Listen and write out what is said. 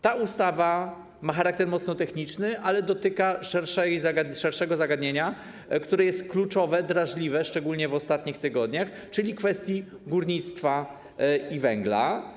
Ta ustawa ma charakter mocno techniczny, ale dotyka szerszego zagadnienia, które jest kluczowe, drażliwe, szczególnie w ostatnich tygodniach, czyli kwestii górnictwa i węgla.